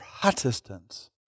Protestants